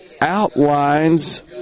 outlines